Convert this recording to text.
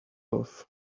off